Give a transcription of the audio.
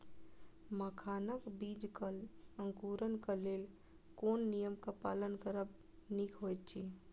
मखानक बीज़ क अंकुरन क लेल कोन नियम क पालन करब निक होयत अछि?